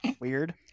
Weird